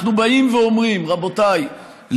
אנחנו באים ואומרים: רבותיי,